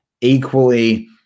Equally